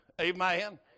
Amen